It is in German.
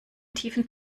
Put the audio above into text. tiefen